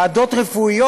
ועדות רפואיות,